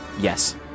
yes